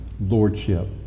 Lordship